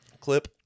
Clip